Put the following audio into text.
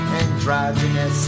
Androgynous